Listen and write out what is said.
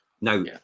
now